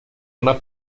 una